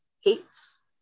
hates